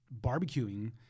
barbecuing